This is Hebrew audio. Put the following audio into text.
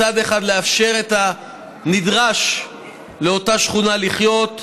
מצד אחד לאפשר את הנדרש לאותה שכונה כדי לחיות,